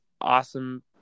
awesome